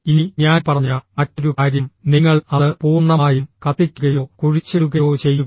ഇനി ഞാൻ പറഞ്ഞ മറ്റൊരു കാര്യം നിങ്ങൾ അത് പൂർണ്ണമായും കത്തിക്കുകയോ കുഴിച്ചിടുകയോ ചെയ്യുക